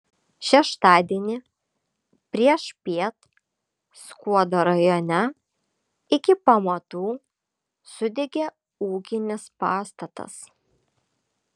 šeštadienį priešpiet skuodo rajone iki pamatų sudegė ūkinis pastatas